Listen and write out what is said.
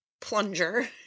plunger